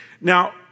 Now